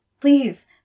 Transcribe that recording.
Please